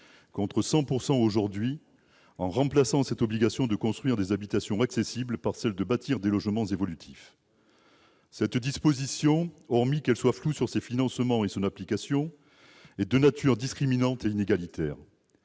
contre 100 % aujourd'hui, en remplaçant cette obligation de construire des habitations accessibles par celle de bâtir des logements évolutifs. Cette disposition, outre le fait qu'elle est floue sur ses financements et son application, est de nature discriminante et inégalitaire.